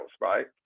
Right